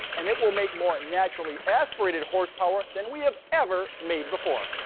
and it will make more naturally aspirated horsepower than we have every made before.